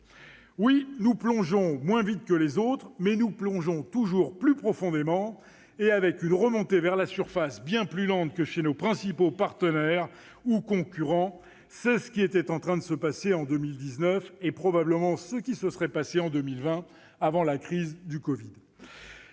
Oui, nous plongeons moins vite que les autres, mais nous plongeons toujours plus profondément, avec une remontée vers la surface bien plus lente que chez nos principaux partenaires ou concurrents. Défaitiste ! C'est ce qui était en train de se passer en 2019 et probablement ce qui se serait passé en 2020 avant la crise du covid.